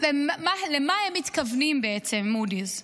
למה הם מתכוונים בעצם, מודי'ס?